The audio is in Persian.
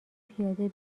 پیاده